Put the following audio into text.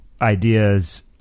ideas